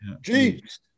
Jeeps